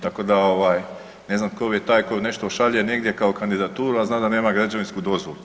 Tako da ovaj ne znam tko je taj tko nešto šalje negdje kao kandidaturu a zna da nema građevinsku dozvolu.